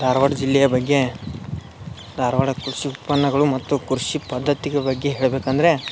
ಧಾರ್ವಾಡ ಜಿಲ್ಲೆಯ ಬಗ್ಗೆ ಧಾರ್ವಾಡ ಕೃಷಿ ಉತ್ಪನ್ನಗಳು ಮತ್ತು ಕೃಷಿ ಪದ್ದತಿಗಳು ಬಗ್ಗೆ ಹೇಳ್ಬೇಕು ಅಂದರೆ